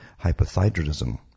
hypothyroidism